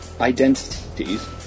identities